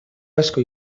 asko